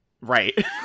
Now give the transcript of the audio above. Right